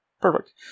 Perfect